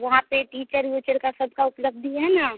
वहाँ पर टीचर वीचर की सब की उपलब्धि है ना